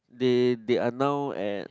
they they are now at